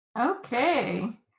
Okay